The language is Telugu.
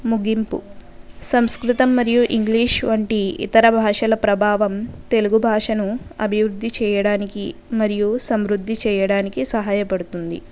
ముగింపు సంస్కృతం మరియు ఇంగ్లీష్ వంటి ఇతర భాషల ప్రభావం తెలుగు భాషను అభివృద్ధి చేయడానికి మరియు సంవృద్ధి చేయడానికి సహాయపడుతుంది